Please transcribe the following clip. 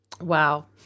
Wow